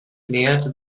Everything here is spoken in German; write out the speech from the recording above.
näherte